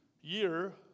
year